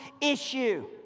issue